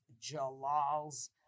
Jalal's